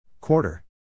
Quarter